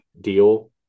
deal